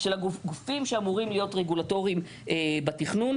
של הגופים שאמורים להיות רגולטוריים בתכנון.